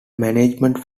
management